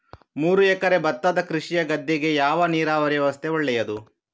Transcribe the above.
ಮೂರು ಎಕರೆ ಭತ್ತದ ಕೃಷಿಯ ಗದ್ದೆಗೆ ಯಾವ ನೀರಾವರಿ ವ್ಯವಸ್ಥೆ ಒಳ್ಳೆಯದು?